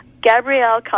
Gabrielle